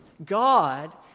God